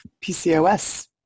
PCOS